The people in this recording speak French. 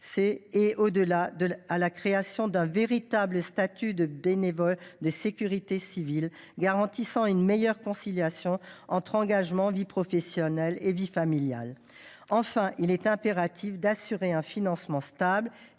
t il la création d’un véritable statut de bénévole de sécurité civile, garantissant une meilleure conciliation entre engagement, vie professionnelle et vie familiale ? Enfin, il est impératif d’assurer un financement stable